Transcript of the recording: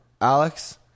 Alex